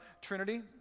Trinity